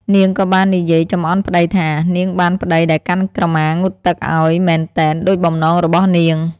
នាងក៏បាននិយាយចំអន់ប្តីថា នាងបានប្តីដែលកាន់ក្រមាងូតទឹកឱ្យមែនទែន ដូចបំណងរបស់នាង ។